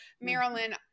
Marilyn